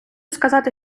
сказати